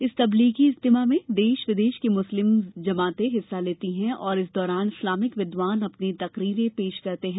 इस तब्लीगी इज्तिमा में देश विदेश की मुस्लिम जमातें हिस्सा लेती हैं और इस दौरान इस्लामिक विदवान अपनी तकरीरें पेश करते हैं